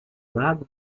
lado